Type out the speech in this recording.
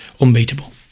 unbeatable